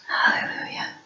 Hallelujah